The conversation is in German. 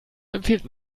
empfiehlt